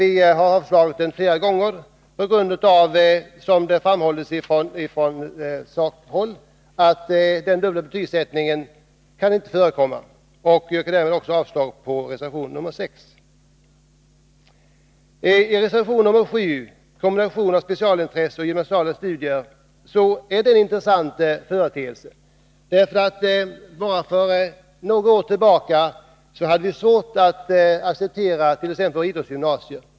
Förslaget har flera gånger tidigare avstyrkts, eftersom — som har framhållits från sakkunnigt håll — dubbel betygsättning inte bör förekomma. Jag yrkar därför avslag på reservation 6. Beträffande reservation 7, kombination av specialintresse och gymnasiala studier, finns det en intressant sak. Bara för några år sedan hade vi svårt att acceptera t.ex. idrottsgymnasier.